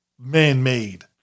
man-made